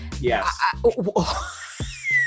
yes